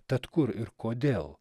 tad kur ir kodėl